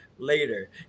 later